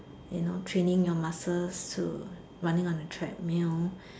you know training your muscles to running on the treadmill